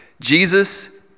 Jesus